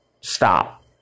stop